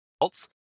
adults